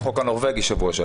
חוץ מהחוק הנורבגי בשבוע שעבר.